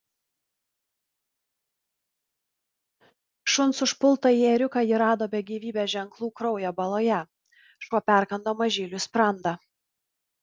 šuns užpultąjį ėriuką ji rado be gyvybės ženklų kraujo baloje šuo perkando mažyliui sprandą